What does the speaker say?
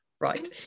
Right